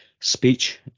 speech